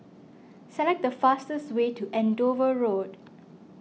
select the fastest way to Andover Road